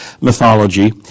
mythology